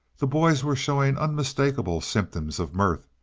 the boys were showing unmistakable symptoms of mirth,